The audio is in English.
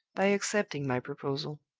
by accepting my proposal.